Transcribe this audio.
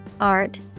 art